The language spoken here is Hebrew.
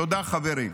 תודה, חברים.